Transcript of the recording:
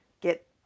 get